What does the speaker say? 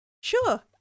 Sure